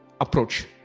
approach